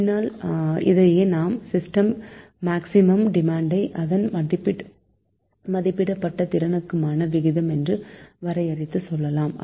பின்னால் இதையே நாம் சிஸ்டமின் மேக்சிமம் டிமாண்ட் க்கும் அதன் மதிப்பிடப்பட்டதிறனுக்குமான விகிதம் என்றும் வரையறை செய்வோம்